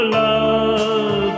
love